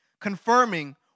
confirming